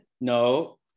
No